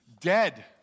Dead